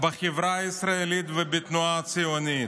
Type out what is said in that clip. בחברה הישראלית ובתנועה הציונית,